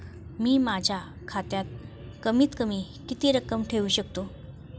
मी माझ्या खात्यात कमीत कमी किती रक्कम ठेऊ शकतो?